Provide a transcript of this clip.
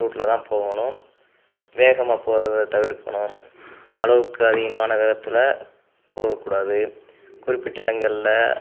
ரூட்டில் தான் போகணும் வேகமாக போகிறத தவிர்க்கணும் அளவுக்கு அதிகமான வேகத்தில் போகக்கூடாது குறிப்பிட்ட இடங்களில்